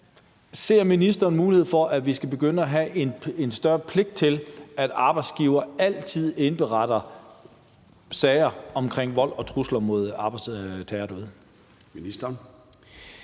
Ser ministeren mulighed for, at vi skal begynde at have en større pligt til, at arbejdsgivere altid indberetter sager omkring vold og trusler mod arbejdstagere